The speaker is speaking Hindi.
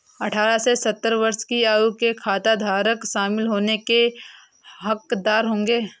अठारह से सत्तर वर्ष की आयु के खाताधारक शामिल होने के हकदार होंगे